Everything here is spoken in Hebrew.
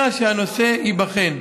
אלא שהנושא ייבחן.